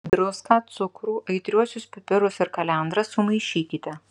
druską cukrų aitriuosius pipirus ir kalendras sumaišykite